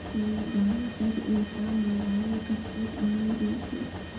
ती दानिशक ईटा मोबाइल कत्तेत आने दिल छि